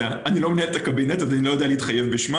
אני לא מנהל את הקבינט אז אני לא יכול להתחייב בשמם,